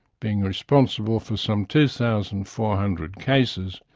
being responsible for some two thousand four hundred cases